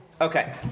Okay